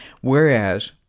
whereas